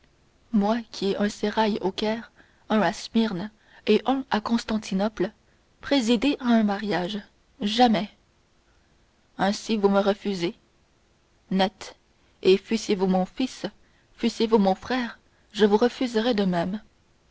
moi qui ai un sérail au caire un à smyrne et un à constantinople présider à un mariage jamais ainsi vous me refusez net et fussiez-vous mon fils fussiez-vous mon frère je vous refuserais de même